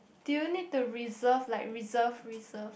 do you need to reserve like reserve reserve